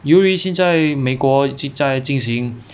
由于现在美国即在进行